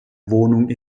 wohnung